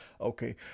Okay